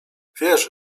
wiesz